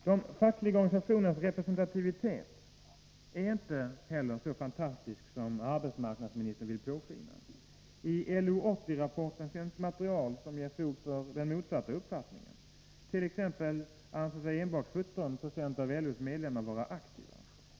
De fackliga organisationernas representativitet är inte heller så fantastisk som arbetsmarknadsministern vill låta påskina. I LO 80-rapporten finns material som ger fog för en motsatt uppfattning. T. ex. anser sig enbart 17 av LO:s medlemmar vara aktiva.